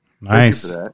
Nice